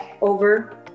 over